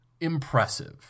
impressive